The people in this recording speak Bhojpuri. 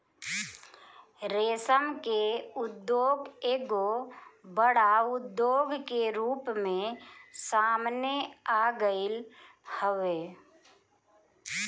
रेशम के उद्योग एगो बड़ उद्योग के रूप में सामने आगईल हवे